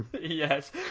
Yes